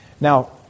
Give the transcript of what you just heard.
Now